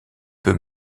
peu